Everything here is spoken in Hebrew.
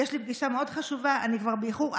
יש לי פגישה מאוד חשובה, אני כבר באיחור.